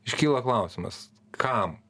iškyla klausimas kam